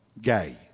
Gay